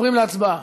עוברים להצבעה.